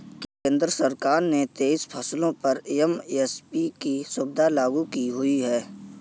केंद्र सरकार ने तेईस फसलों पर एम.एस.पी की सुविधा लागू की हुई है